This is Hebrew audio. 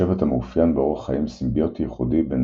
שבט המאופיין באורח חיים סימביוטי ייחודי בין